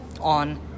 on